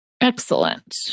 Excellent